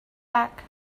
back